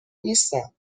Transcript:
نیستم